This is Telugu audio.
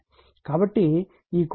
కాబట్టి ఈ కోణం 30 o